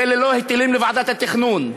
זה ללא היטלים לוועדת התכנון,